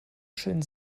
schön